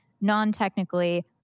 non-technically